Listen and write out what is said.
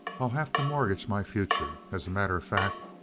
i'll have to mortgage my future. as a matter of fact,